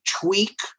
tweak